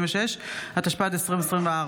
התשפ"ד 2024,